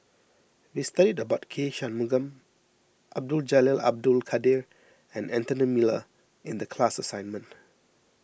we studied about K Shanmugam Abdul Jalil Abdul Kadir and Anthony Miller in the class assignment